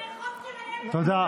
זה חוק של אילת שקד,